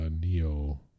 Neo